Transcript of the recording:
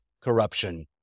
corruption